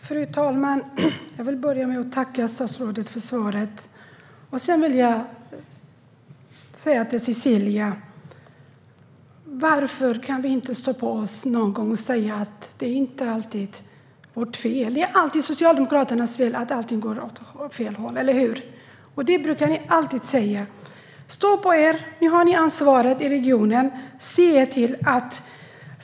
Fru talman! Jag vill börja med att tacka statsrådet för svaret. Sedan vill jag säga till Cecilia: Varför kan vi inte någon gång stå på oss och säga att det inte alltid är vårt fel? Ni brukar alltid säga att det är Socialdemokraternas fel att allting går åt fel håll, eller hur? Nu har ni ansvaret i regionen. Stå på er!